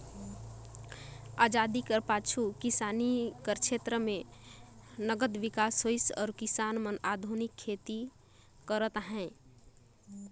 अजादी कर पाछू किसानी छेत्र में अब्बड़ बिकास होइस अउ किसान मन आधुनिक खेती करत अहें